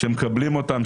שמקבלים אותן,